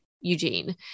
Eugene